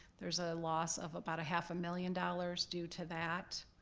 there's a loss of about a half a million dollars due to that